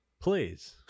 Please